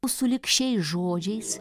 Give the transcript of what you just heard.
o sulig šiais žodžiais